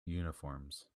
uniforms